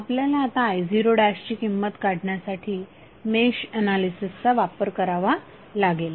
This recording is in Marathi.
आपल्याला आता i0ची किंमत काढण्यासाठी मेश ऍनालिसिसचा वापर करावा लागेल